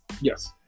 Yes